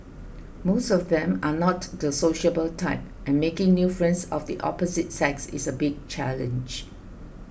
most of them are not the sociable type and making new friends of the opposite sex is a big challenge